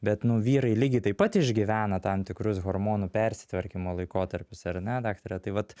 bet nu vyrai lygiai taip pat išgyvena tam tikrus hormonų persitvarkymo laikotarpius ar ne daktare tai vat